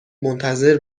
منتظر